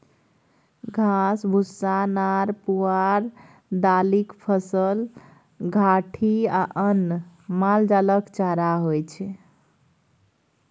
घास, भुस्सा, नार पुआर, दालिक फसल, घाठि आ अन्न मालजालक चारा होइ छै